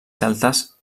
celtes